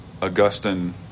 Augustine